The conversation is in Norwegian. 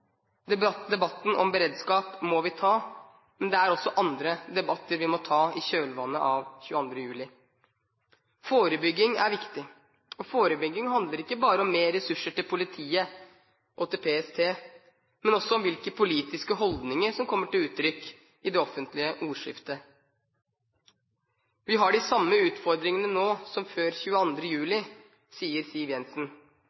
ansvar. Debatten om beredskap må vi ta, men det er også andre debatter vi må ta i kjølvannet av 22. juli. Forebygging er viktig, og forebygging handler ikke bare om mer ressurser til politiet og til PST, men også om hvilke politiske holdninger som kommer til uttrykk i det offentlige ordskiftet. Vi har de samme utfordringene nå som før